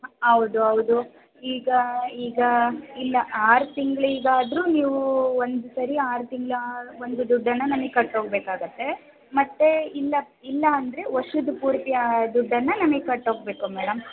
ಹೌದು ಹೌದು ಈಗ ಈಗ ಇಲ್ಲ ಆರು ತಿಂಗಳಿಗಾದರೂ ನೀವು ಒಂದ್ಸರಿ ಆರು ತಿಂಗಳ ಒಂದು ದುಡ್ಡನ್ನು ನಮಗೆ ಕಟ್ಟೋಗ್ಬೇಕಾಗತ್ತೆ ಮತ್ತು ಇಲ್ಲ ಇಲ್ಲ ಅಂದರೆ ವರ್ಷದ ಪೂರ್ತಿ ಹ ದುಡ್ಡನ್ನು ನಮಗೆ ಕಟ್ಟೋಗ್ಬೇಕು ಮೇಡಮ್